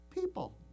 people